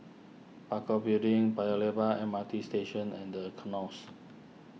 Parakou Building Paya Lebar M R T Station and the Knolls